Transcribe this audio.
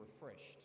refreshed